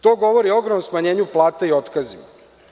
To govori o ogromnom smanjenju plata i otkazima.